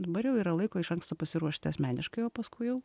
dabar jau yra laiko iš anksto pasiruošti asmeniškai o paskui jau